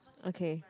okay